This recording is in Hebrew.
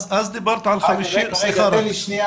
אז הסכום לא היה